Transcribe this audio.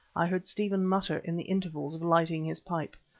i heard stephen mutter in the intervals of lighting his pipe.